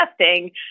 testing